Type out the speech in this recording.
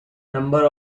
number